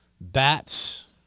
bats